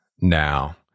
now